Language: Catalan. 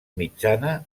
mitjana